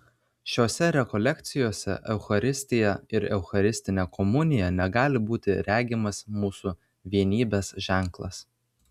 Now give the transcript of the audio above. šiose rekolekcijose eucharistija ir eucharistinė komunija negali būti regimas mūsų vienybės ženklas